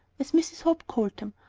as mrs. hope called them,